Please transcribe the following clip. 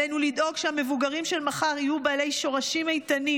עלינו לדאוג שהמבוגרים של מחר יהיו בעלי שורשים איתנים.